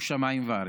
שמיים וארץ.